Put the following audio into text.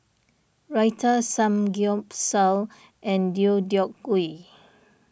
Raita Samgyeopsal and Deodeok Gui